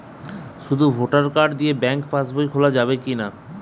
শুধু voter card দিয়ে bank pass বই খোলা যাবে কিনা?